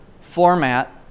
format